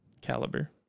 caliber